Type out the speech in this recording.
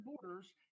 borders